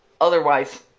otherwise